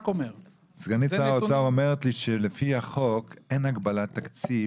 סגנית שר האוצר אומרת לי שלפי החוק אין הגבלת תקציב,